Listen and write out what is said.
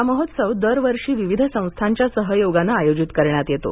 हा महोत्सव दरवर्षी विविध संस्थांच्या सहयोगाने आयोजित करण्यात येतो